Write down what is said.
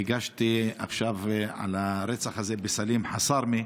הגשתי עכשיו על הרצח הזה של סלים חסארמה,